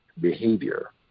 behavior